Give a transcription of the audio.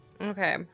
Okay